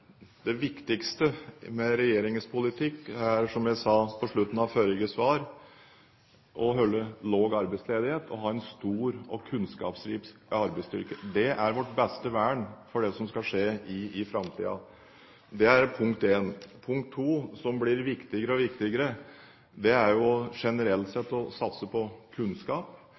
Det viktigste med regjeringens politikk er, som jeg sa på slutten av forrige svar, å holde lav arbeidsledighet og ha en stor og kunnskapsrik arbeidsstyrke. Det er vårt beste vern for det som skal skje i framtiden. Det er punkt 1. Punkt 2, som blir viktigere og viktigere, er generelt sett å satse på kunnskap.